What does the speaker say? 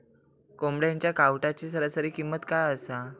कोंबड्यांच्या कावटाची सरासरी किंमत काय असा?